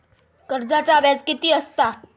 कर्जाचा व्याज कीती असता?